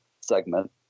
segment